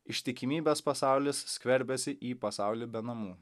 ištikimybės pasaulis skverbiasi į pasaulį be namų